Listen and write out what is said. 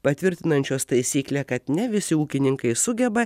patvirtinančios taisyklę kad ne visi ūkininkai sugeba